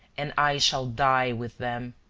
and i shall die with them.